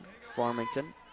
Farmington